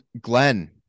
Glenn